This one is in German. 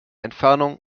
entfernung